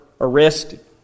arrested